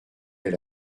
ait